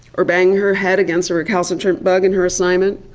or banging her head against a recalcitrant bug in her assignment,